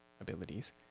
abilities